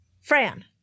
Fran